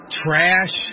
trash